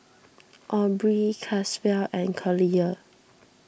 Aubree Caswell and Collier